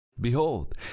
Behold